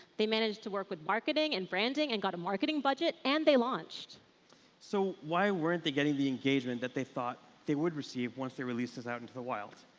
they managed to work with marketing and branding and got a marketing budget and they launched so why weren't they getting the engagement that they thought they would receive once they released this out into the wild?